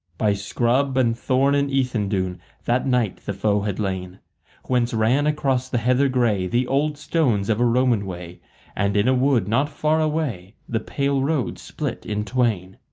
by scrub and thorn in ethandune that night the foe had lain whence ran across the heather grey the old stones of a roman way and in a wood not far away the pale road split in twain.